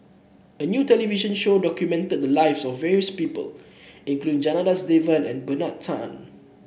a new television show documented the lives of various people including Janadas Devan and Bernard Tan